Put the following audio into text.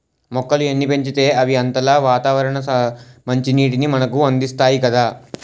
మొక్కలు ఎన్ని పెంచితే అవి అంతలా వాతావరణ మంచినీటిని మనకు అందిస్తాయి కదా